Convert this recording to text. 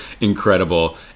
incredible